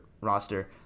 roster